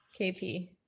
KP